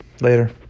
Later